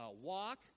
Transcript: walk